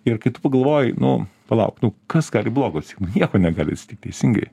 ir kai tu pagalvoji nu palauk nu kas gali blogo atsitikt nu nieko negali tik teisingai